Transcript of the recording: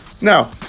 Now